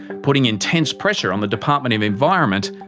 putting intense pressure on the department of environment,